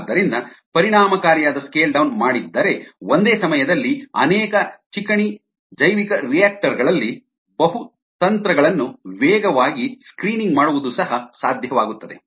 ಆದ್ದರಿಂದ ಪರಿಣಾಮಕಾರಿಯಾದ scale down ಮಾಡಿದ್ದರೆ ಒಂದೇ ಸಮಯದಲ್ಲಿ ಅನೇಕ ಚಿಕಣಿ ಜೈವಿಕರಿಯಾಕ್ಟರ್ ಗಳಲ್ಲಿ ಬಹು ತಂತ್ರಗಳನ್ನು ವೇಗವಾಗಿ ಸ್ಕ್ರೀನಿಂಗ್ ಮಾಡುವುದು ಸಹ ಸಾಧ್ಯವಾಗುತ್ತದೆ